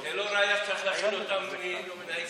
זו לא ראיה שצריך להכין אותם מהיסודי,